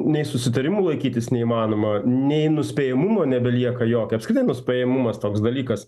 nei susitarimų laikytis neįmanoma nei nuspėjamumo nebelieka jokio apskritai nuspėjamumas toks dalykas